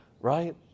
Right